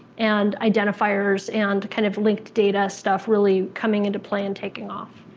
and identifiers, and kind of linked data stuff really coming into play and taking off.